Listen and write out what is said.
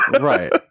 Right